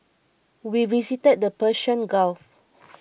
we visited the Persian Gulf